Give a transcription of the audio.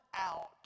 out